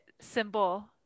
symbol